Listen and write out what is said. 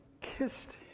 kissed